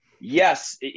yes